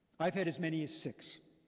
i've had as many as six.